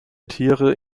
tiere